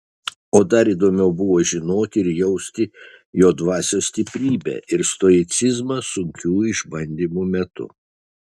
o dar įdomiau buvo žinoti ir jausti jo dvasios stiprybę ir stoicizmą sunkių išbandymų metu